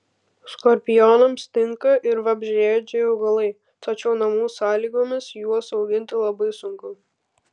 skorpionams tinka ir vabzdžiaėdžiai augalai tačiau namų sąlygomis juos auginti labai sunku